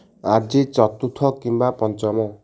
ଆଜି ଚତୁର୍ଥ କିମ୍ବା ପଞ୍ଚମ